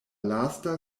lasta